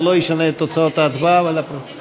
זה לא ישנה את תוצאות ההצבעה, אבל